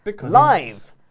live